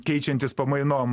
keičiantis pamainom